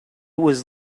was